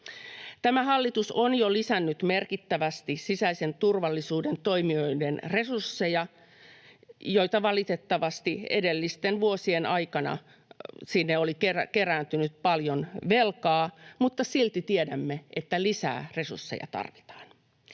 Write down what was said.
Tämä hallitus on jo lisännyt merkittävästi sisäisen turvallisuuden toimijoiden resursseja, jonne valitettavasti edellisten vuosien aikana oli kerääntynyt paljon velkaa, mutta silti tiedämme, että lisää resursseja tarvitaan.